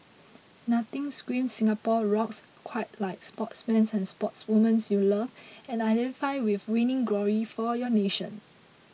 nothing screams Singapore rocks quite like sportsmen and sportswomen you love and identify with winning glory for your nation